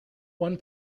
one